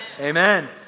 amen